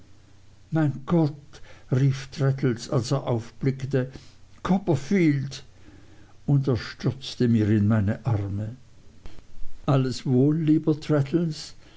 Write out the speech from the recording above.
mein gott rief traddles als er aufblickte copperfield und er stürzte in meine arme alles wohl lieber